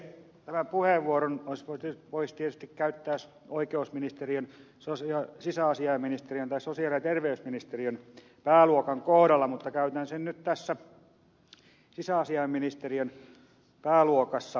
tämän puheenvuoron voisi tietysti käyttää oikeusministeriön sisäasiainministeriön tai sosiaali ja terveysministeriön pääluokan kohdalla mutta käytän sen nyt tässä sisäasiainministeriön pääluokassa